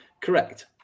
Correct